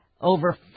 over